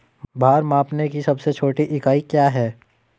भार मापने की सबसे छोटी इकाई क्या है?